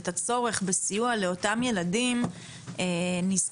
את הצורך בסיוע לאותם ילדים נזקקים,